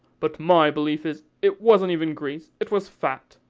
but my belief is, it wasn't even grease it was fat.